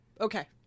Okay